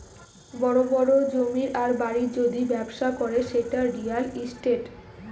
বড় বড় জমির আর বাড়ির যদি ব্যবসা করে সেটা রিয়্যাল ইস্টেট